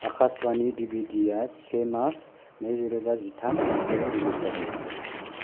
आकाश Vani D V D आ से March नैरोजा जिथाम माइथायाव रिलिस जादोंमोन